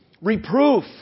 reproof